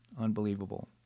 Unbelievable